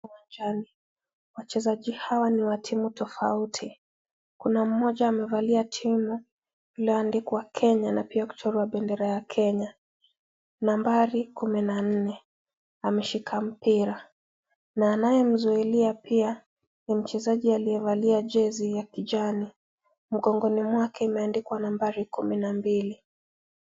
Uwanjani wachezaji hawa ni wa timu tofauti, kuna mmoja amevalia timu iliyoandikwa kenya na pia kuchorwa bendera ya kenya nambari kumi na nne ameshika mpira. Na anayemzuilia pia ni mchezaji aliyevalia jezi ya kijani , mgongoni mwake imeandikwa nambari kumi na mbili.